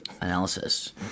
analysis